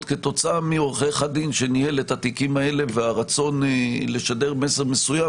כתוצאה מעורך הדין שניהל את התיקים האלה והרצון לשדר מסר מסוים,